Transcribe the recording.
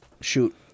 Shoot